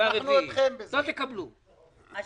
לא תקבלו בגללנו.